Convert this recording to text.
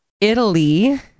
Italy